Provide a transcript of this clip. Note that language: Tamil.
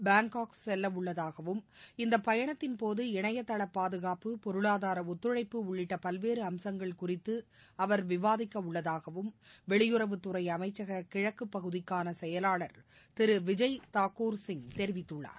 பாங்காக் செல்லவுள்ளதாகவும் இந்த பயணத்தின்போது இணையதள பாதுகாப்பு பொருளாதார ஒத்துழழப்பு உள்ளிட்ட பல்வேறு அம்சங்கள் குறித்து அவர் விவாதிக்கவுள்ளதாகவும் வெளியுறவுத்துறை அமைச்சக கிழக்குப்பகுதிக்கான செயலாளர் திரு விஜய் தாகூர் சிங் தெரிவித்துள்ளார்